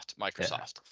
Microsoft